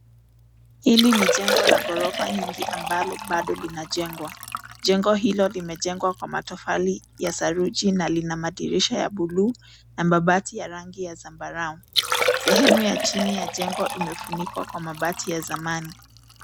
Hili ni jengo la ghorofa nyingi ambalo bado linajengwa. Jengo hilo limejengwa kwa matofali ya saruji na lina madirisha ya buluu na mabati ya rangi ya zambarau. Sehemu ya chini ya jengo imefunikwa kwa mabati ya zamani.